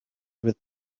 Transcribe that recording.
with